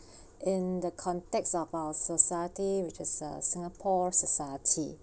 in the context of our society which is a singapore society